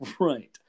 Right